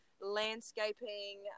landscaping